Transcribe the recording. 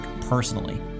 personally